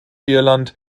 irland